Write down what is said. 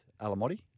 Alamotti